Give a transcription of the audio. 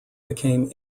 become